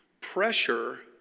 Pressure